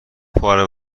پاره